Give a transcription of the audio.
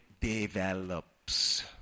develops